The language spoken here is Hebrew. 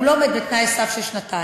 הוא לא עומד בתנאי סף של שנתיים.